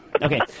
Okay